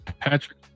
Patrick